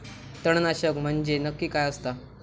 तणनाशक म्हंजे नक्की काय असता?